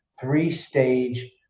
three-stage